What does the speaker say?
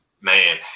man